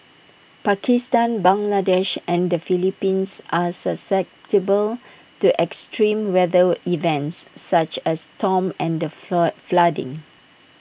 Pakistan Bangladesh and the Philippines are susceptible to extreme weather events such as storms and floor flooding